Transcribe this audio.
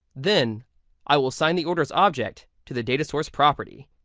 then i will assign the orders object to the data source property.